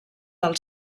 del